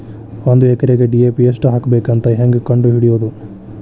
ಒಂದು ಎಕರೆಗೆ ಡಿ.ಎ.ಪಿ ಎಷ್ಟು ಹಾಕಬೇಕಂತ ಹೆಂಗೆ ಕಂಡು ಹಿಡಿಯುವುದು?